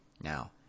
Now